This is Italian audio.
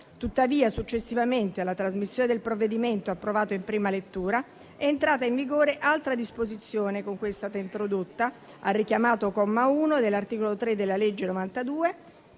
Tuttavia, successivamente alla trasmissione del provvedimento approvato in prima lettura, è entrata in vigore altra disposizione che ha richiamato il comma 1, dell'articolo 3 della legge n.